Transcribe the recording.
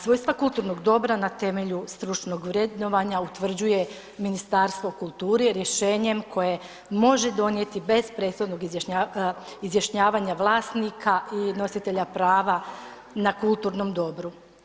Svojstva kulturnog dobra na temelju stručnog vremena utvrđuje Ministarstvo kulture rješenjem koje može donijeti bez prethodnog izjašnjavanja vlasnika i nositelja prava na kulturnom dobru.